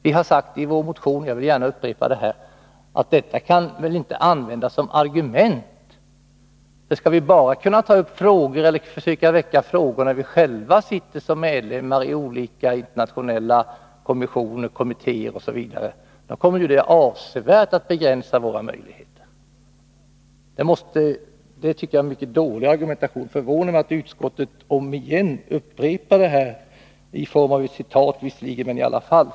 Vi har sagt i vår motion, och jag vill gärna upprepa det här, att detta väl inte kan användas som argument. Skall vi bara kunna väcka frågor när vi själva sitter som medlemmar i olika internationella kommissioner, kommittéer osv., kommer det att avsevärt begränsa våra möjligheter. Det är en mycket dålig argumentation. Det förvånar mig att utskottet upprepar denna sats, visserligen i form av ett citat, men i alla fall.